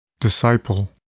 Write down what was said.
Disciple